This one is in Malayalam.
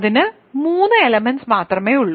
ഇതിന് 3 എലെമെന്റ്സ് മാത്രമേ ഉള്ളൂ